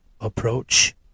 approach